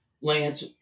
Lance